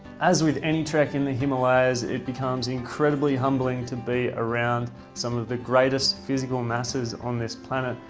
as with any trek in the himalayas, it becomes incredibly humbling to be around some of the greatest physical masses on this planet,